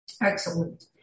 Excellent